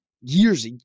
years